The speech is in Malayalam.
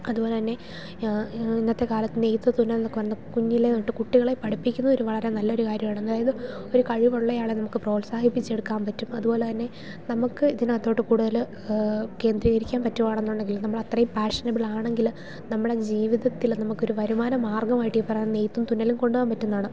അതുപോലെ തന്നെ ഇന്നത്തെ കാലത്ത് നെയ്ത്ത് തുന്നൽ എന്നൊക്കെ പറയുന്നത് കുഞ്ഞിലേ തൊട്ട് കുട്ടികളെ പഠിപ്പിക്കുന്ന ഒരു വളരെ നല്ല ഒരു കാര്യമാണ് അതായത് ഒരു കഴിവുള്ള ആളെ നമുക്ക് പ്രോത്സാഹിപ്പിച്ചെടുക്കാൻ പറ്റും അതുപോലെ തന്നെ നമുക്ക് ഇതിന് അകത്തോട്ട് കൂടുതൽ കേന്ദ്രീകരിക്കാൻ പറ്റുകയാണെന്നുണ്ടെങ്കിൽ നമ്മൾ അത്രയും പാഷനബിൾ ആണെങ്കിൽ നമ്മുടെ ജീവിതത്തിൽ നമുക്ക് ഒരു വരുമാന മാർഗ്ഗമായിട്ട് ഈ പറയുന്ന നെയ്ത്തും തുന്നലും കൊണ്ടു പോവാൻ പറ്റുമെന്നാണ്